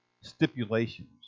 stipulations